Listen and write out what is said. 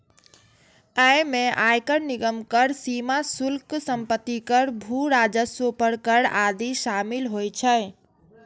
अय मे आयकर, निगम कर, सीमा शुल्क, संपत्ति कर, भू राजस्व पर कर आदि शामिल होइ छै